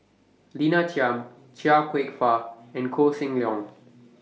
Lina Chiam Chia Kwek Fah and Koh Seng Leong